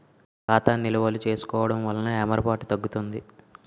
ఖాతా నిల్వలు చూసుకోవడం వలన ఏమరపాటు తగ్గుతుంది